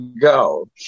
go